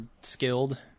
skilled